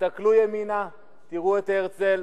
תסתכלו ימינה, תראו את הרצל,